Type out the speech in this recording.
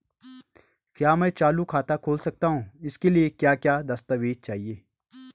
क्या मैं चालू खाता खोल सकता हूँ इसके लिए क्या क्या दस्तावेज़ चाहिए?